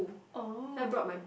oh